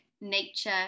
nature